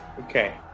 Okay